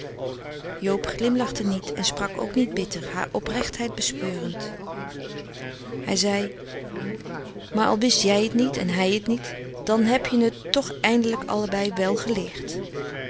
joob glimlachte niet en sprak ook niet bitter haar oprechtheid bespeurend hij zei maar al wist jij t niet en hij t niet dan heb je n et toch eindelijk allebei wel geleerd